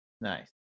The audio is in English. Nice